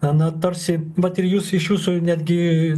na tarsi vat ir jūs iš jūsų netgi